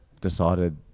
decided –